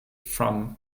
from